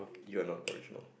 you are not original